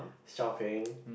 shopping